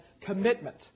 commitment